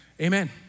Amen